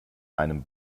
einem